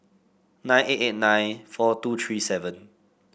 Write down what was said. nine eight eight nine four two three seven